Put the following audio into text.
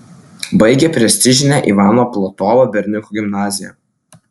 baigė prestižinę ivano platovo berniukų gimnaziją